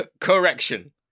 Correction